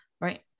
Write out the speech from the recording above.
right